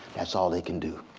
that's all they can do.